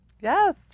Yes